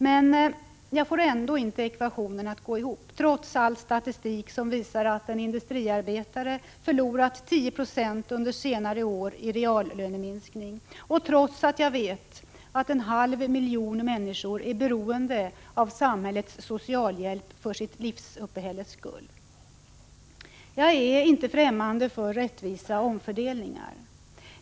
Men jag får ändå inte ekvationen att gå ihop — trots all statistik som visar att en industriarbetare förlorat 10 96 under senare år på grund av reallöneminskning och trots att jag vet att en halv miljon människor är beroende av samhällets socialhjälp för att klara sitt uppehälle. Jag är inte främmande för rättvisa omfördelningar.